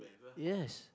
yes